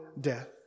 death